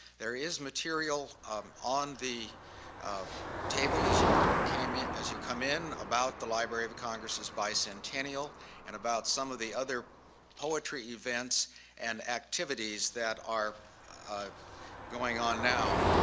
there is material um on the table as you came in as you come in about the library of congress's bicentennial and about some of the other poetry events and activities that are going on now.